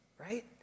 right